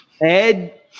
Ed